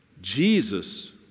Jesus